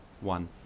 One